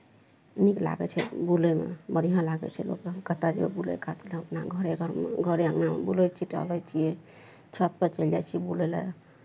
नीक लागै छै बुलयमे बढ़िआँ लागै छै लोकके हम कतय जेबै बूलय खातिर हम अपना घरे घरमे घरे अङ्गनामे बुलै छियै टहलै छियै छतपर चलि जाइ छियै बुलय लए